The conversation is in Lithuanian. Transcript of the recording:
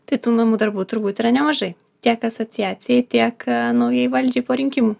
tai tų namų darbų turbūt yra nemažai tiek asociacijai tiek naujai valdžiai po rinkimų